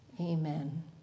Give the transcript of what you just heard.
Amen